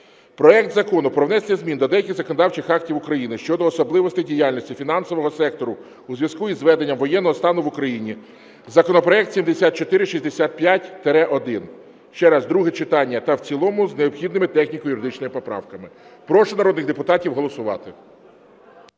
проект Закону про внесення змін до деяких законодавчих актів України щодо особливостей діяльності фінансового сектору у зв'язку із введенням воєнного стану в Україні, законопроект 7465-1. Ще раз, друге читання та в цілому з необхідними техніко-юридичними поправками. Прошу народних депутатів голосувати.